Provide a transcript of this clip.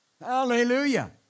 Hallelujah